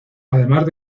además